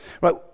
Right